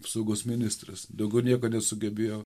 apsaugos ministras daugiau nieko sugebėjo